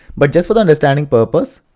but just for the understanding purpose,